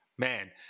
Man